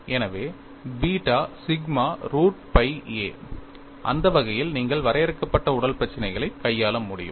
எனவே beta sigma root pi a அந்த வகையில் நீங்கள் வரையறுக்கப்பட்ட உடல் பிரச்சினைகளை கையாள முடியும்